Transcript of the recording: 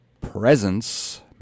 presence